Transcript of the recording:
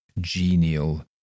genial